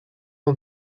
van